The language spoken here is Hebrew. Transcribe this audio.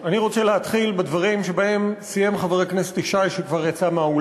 לא לא לא, אני נותן לך לסיים כבר הרבה מעל